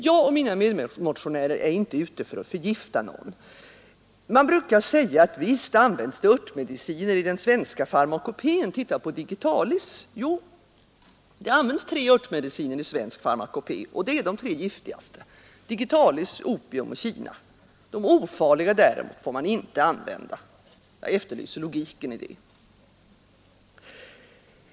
Jag och mina medmotionärer är inte ute för att förgifta någon. Man brukar säga: Visst används det örtmediciner i den svenska farmakopén, titta på digitalis! Jo, det används tre örtmediciner i svensk farmakopé, och det är de tre giftigaste — digitalis, opium och kina. De ofarliga däremot får man inte använda. Jag efterlyser logiken i det.